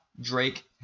Drake